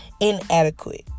inadequate